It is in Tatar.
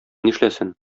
нишләсен